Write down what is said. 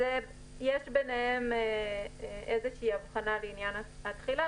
יש ביניהם הבחנה מבחינת התחילה,